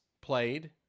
played